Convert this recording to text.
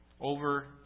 over